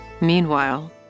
Meanwhile